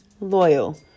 loyal